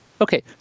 Okay